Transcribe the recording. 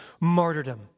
martyrdom